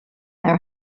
their